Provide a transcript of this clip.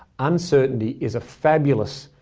uncertainty is a fabulous,